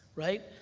right?